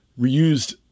reused